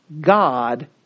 God